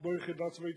כמו יחידה צבאית,